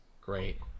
great